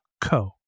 co